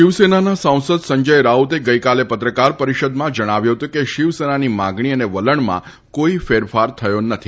શિવસેનાના સાંસદ સંજય રાઉતે ગઈકાલે પત્રકાર પરિષદમાં જણાવ્યું હતું કે શિવસેનાની માગણી અને વલણમાં કોઈ ફેરફાર થયો નથી